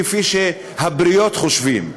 כפי שהבריות חושבים.